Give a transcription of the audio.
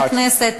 חברי הכנסת,